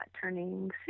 turning